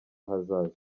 hazaza